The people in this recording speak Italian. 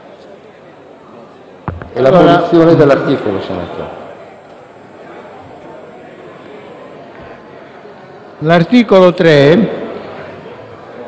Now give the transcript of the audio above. l'articolo 3,